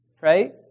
Right